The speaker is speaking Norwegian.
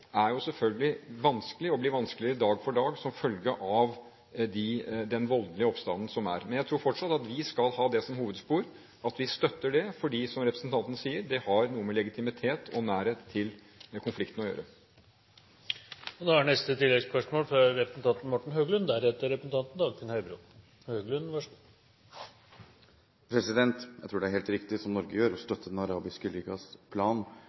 er selvfølgelig vanskelig og blir vanskeligere dag for dag som følge av den voldelige oppstanden. Jeg tror fortsatt at vi skal ha det som hovedspor at vi støtter det fordi, som representanten Skovholt Gitmark sier, det har noe med legitimitet og nærhet til konflikten å gjøre. Morten Høglund – til oppfølgingsspørsmål. Jeg tror det er helt riktig som Norge gjør, å støtte Den arabiske ligas plan,